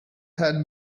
had